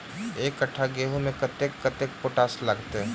एक कट्ठा गेंहूँ खेती मे कतेक कतेक पोटाश लागतै?